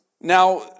Now